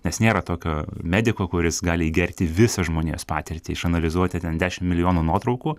nes nėra tokio mediko kuris gali įgerti visą žmonijos patirtį išanalizuoti ten dešim milijonų nuotraukų